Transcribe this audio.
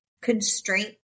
constraint